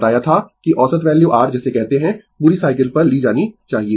बताया था कि औसत वैल्यू r जिसे कहते है पूरी साइकिल पर ली जानी चाहिए